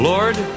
Lord